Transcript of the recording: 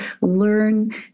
learn